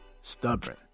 stubborn